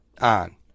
on